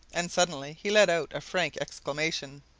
and suddenly he let out a frank exclamation.